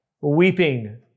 weeping